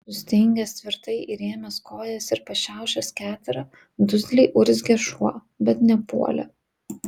sustingęs tvirtai įrėmęs kojas ir pašiaušęs keterą dusliai urzgė šuo bet nepuolė